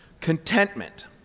contentment